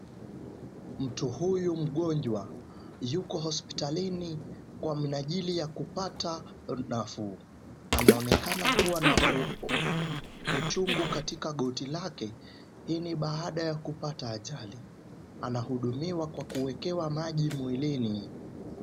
Mtu huyu mgonjwa yupo hospitalini kwa minajili ya kupata nafuu, anaonekana kuwa na uchungu kàtika goti lake hii ni baada ya kupata ajali. Anahudumiwa kwa kuekewa maji mwilini.